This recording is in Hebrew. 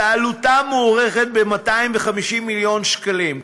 ועלותה מוערכת ב-250 מיליון שקלים,